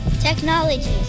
technology